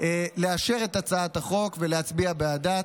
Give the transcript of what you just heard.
לאשר את הצעת החוק ולהצביע בעדה.